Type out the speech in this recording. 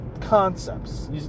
concepts